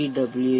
W